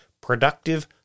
Productive